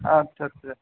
আচ্ছা আচ্ছা